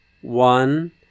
one